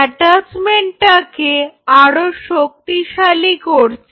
অ্যাটাচমেন্টটাকে আরো শক্তিশালী করছে